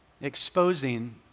Exposing